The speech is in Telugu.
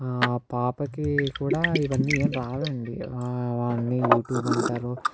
పాపకి కూడా ఇవన్నీ ఏం రావండి అవన్నీ యూట్యూబ్ అంటారు